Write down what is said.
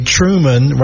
Truman